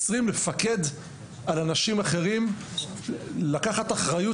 20 לפקד על אנשים אחרים לקחת אחריות